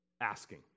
asking